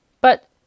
But—